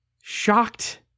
shocked